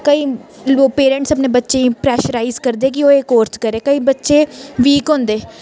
केईं लोक पेरटेंस अपने बच्चें गी प्रैशरराइज करदे कि ओह् एह् कोर्स करै केईं बच्चे वीक होंदे